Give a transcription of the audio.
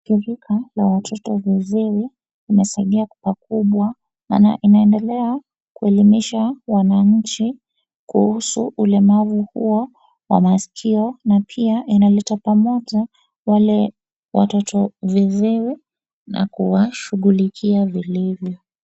Shirika la watoto viziwi limesaidia pakubwa maana inaendelea kuelimisha wananchi kuhusu ulemavu huo wa masikio na pia inaleta pamoja wale watoto viziwi na kuwashughulikia vilivyo.